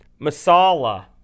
Masala